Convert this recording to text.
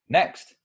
next